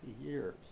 years